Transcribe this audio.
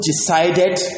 decided